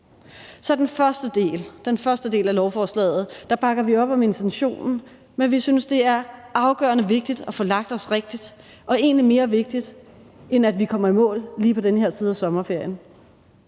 den første del af lovforslaget, bakker vi op om intentionen, men vi synes, det er afgørende vigtigt at få lagt os rigtigt og egentlig mere vigtigt, end at vi kommer i mål lige på den her side af sommerferien.